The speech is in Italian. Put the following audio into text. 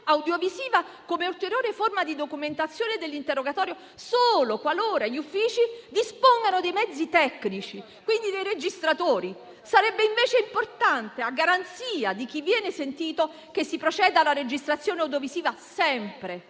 audiovisiva come ulteriore forma di documentazione dell'interrogatorio solo qualora gli uffici dispongano dei mezzi tecnici, quindi dei registratori. Sarebbe invece importante, a garanzia di chi viene sentito, che si procedesse alla registrazione audiovisiva sempre.